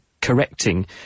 correcting